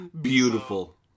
Beautiful